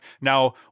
now